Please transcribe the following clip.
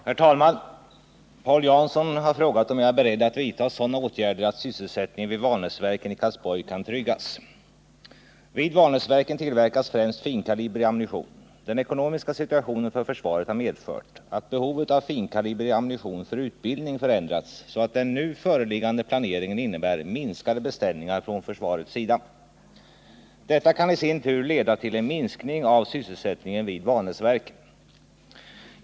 Herr talman! Paul Jansson har frågat om jag är beredd att vidta sådana åtgärder att sysselsättningen vid Vanäsverken i Karlsborg kan tryggas. Vid Vanäsverken tillverkas främst finkalibrig ammunition. Den ekonomiska situationen för försvaret har medfört att behovet av finkalibrig ammunition för utbildning förändrats så att den nu föreliggande planeringen innebär minskade beställningar från försvarets sida. Detta kan i sin tur leda till en minskning av sysselsättningen vid Vanäsverken.